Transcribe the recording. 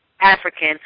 African